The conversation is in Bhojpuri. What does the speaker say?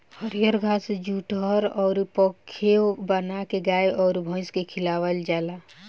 हरिअर घास जुठहर अउर पखेव बाना के गाय अउर भइस के खियावल जाला